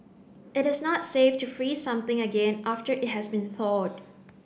it is not safe to freeze something again after it has been thawed